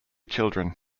children